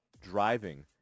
driving